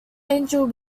angel